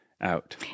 out